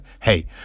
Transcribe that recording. hey